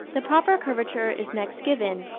the proper curvature is next given,